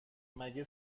مگه